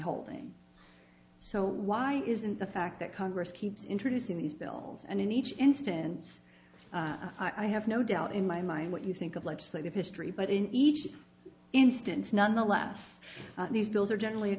holding so why isn't the fact that congress keeps introducing these bills and in each instance i have no doubt in my mind what you think of legislative history but in each instance nonetheless these bills are generally